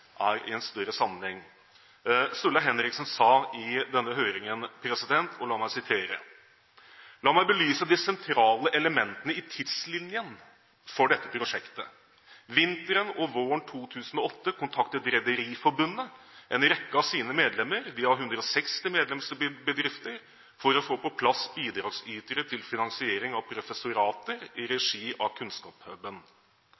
i en større sammenheng. Sturla Henriksen sa i denne høringen: «La meg belyse de sentrale elementene i tidslinjen for dette prosjektet. Vinteren og våren 2008 kontaktet Rederiforbundet en rekke av sine medlemmer – vi har 160 medlemsbedrifter – for å få på plass bidragsytere til finansiering av professorater i